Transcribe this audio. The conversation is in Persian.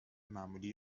معمولی